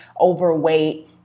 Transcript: overweight